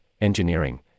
engineering